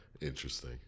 Interesting